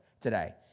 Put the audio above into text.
today